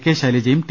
K ശൈലജയും T